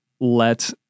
let